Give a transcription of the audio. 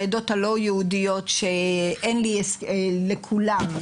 בעדות הלא יהודיות שאין לי לכולם,